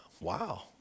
Wow